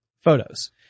photos